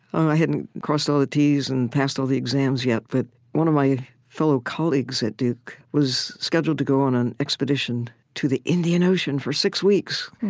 i hadn't crossed all the t's and passed all the exams yet. but one of my fellow colleagues at duke was scheduled to go on an expedition to the indian ocean for six weeks,